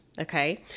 okay